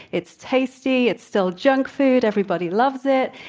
it's tasty. it's still junk food. everybody loves it.